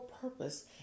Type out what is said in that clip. purpose